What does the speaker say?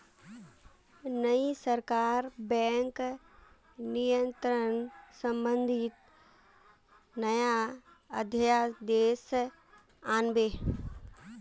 नई सरकार बैंक नियंत्रण संबंधी नया अध्यादेश आन बे